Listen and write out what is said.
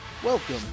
Welcome